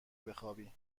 بخوابی